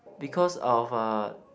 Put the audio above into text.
because of uh